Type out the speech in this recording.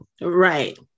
right